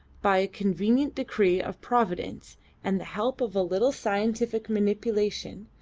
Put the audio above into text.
by a convenient decree of providence and the help of a little scientific manipulation,